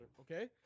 okay